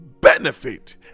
benefit